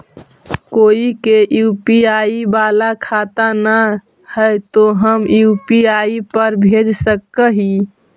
कोय के यु.पी.आई बाला खाता न है तो हम यु.पी.आई पर भेज सक ही?